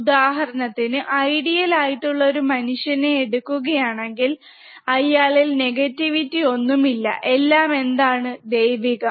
ഉദാഹരണത്തിന് ഐഡിയൽ ആയിട്ടുള്ള ഒരു മനുഷ്യനെ എടുക്കുകയാണെങ്കിൽ അയാളിൽ നെഗറ്റിവിറ്റി ഒന്നുമില്ല എല്ലാം എന്താണ് ദൈവികം